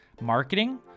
Marketing